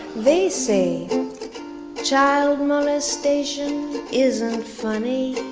they say child molestation isn't funny